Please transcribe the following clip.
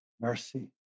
mercy